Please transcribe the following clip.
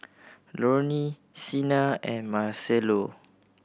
Lorne Sena and Marcello